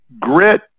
Grit